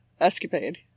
escapade